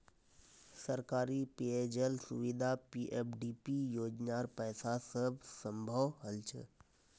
सरकारी पेय जल सुविधा पीएफडीपी योजनार पैसा स संभव हल छ